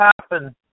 happen